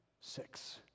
six